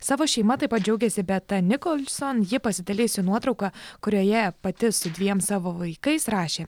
savo šeima taip pat džiaugėsi beata nikolson ji pasidalijusi nuotrauka kurioje pati su dviem savo vaikais rašė